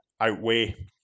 outweigh